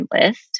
list